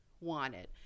wanted